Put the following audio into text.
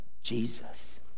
Jesus